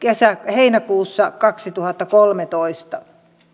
heinäkuussa kaksituhattakolmetoista